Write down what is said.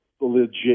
legit